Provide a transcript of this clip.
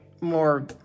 more